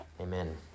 Amen